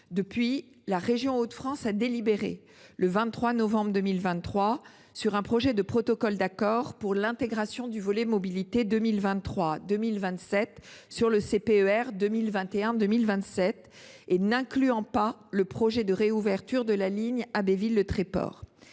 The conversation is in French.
Depuis, la région Hauts de France a délibéré, le 23 novembre 2023, sur un projet de protocole d’accord concernant l’intégration du volet mobilité 2023 2027 au CPER 2021 2027 n’incluant pas le projet de réouverture de la ligne Abbeville Le Tréport.